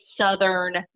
southern